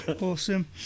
awesome